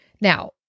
Now